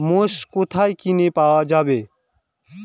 মোষ কোথায় কিনে পাওয়া যাবে?